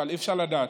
אבל אי-אפשר לדעת.